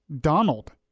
Donald